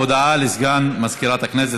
הודעה לסגן מזכירת הכנסת.